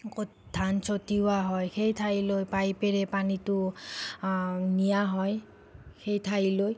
ক ধান চতিওৱা হয় সেই ঠাইলৈ পাইপেৰে পানীটো নিয়া হয় সেই ঠাইলৈ